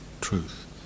truth